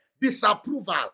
Disapproval